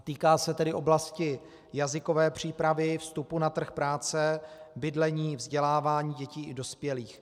Týká se tedy oblasti jazykové přípravy, vstupu na trh práce, bydlení, vzdělávání dětí i dospělých.